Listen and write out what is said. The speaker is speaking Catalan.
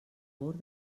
bord